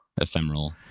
ephemeral